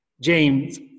James